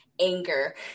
anger